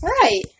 Right